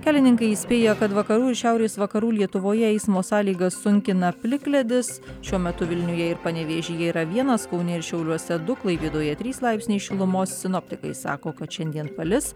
kelininkai įspėja kad vakarų ir šiaurės vakarų lietuvoje eismo sąlygas sunkina plikledis šiuo metu vilniuje ir panevėžyje yra vienas kaune ir šiauliuose du klaipėdoje trys laipsniai šilumos sinoptikai sako kad šiandien palis